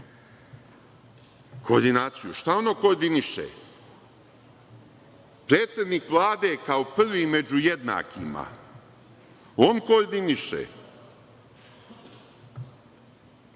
koordinaciju. Šta ono koordiniše? Predsednik Vlade, kao prvi među jednakima, on koordiniše,